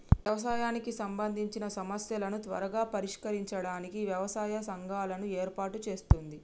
వ్యవసాయానికి సంబందిచిన సమస్యలను త్వరగా పరిష్కరించడానికి వ్యవసాయ సంఘాలను ఏర్పాటు చేస్తుంది